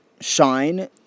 shine